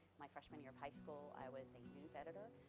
my freshman year of high school, i was a news editor.